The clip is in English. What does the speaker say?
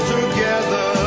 together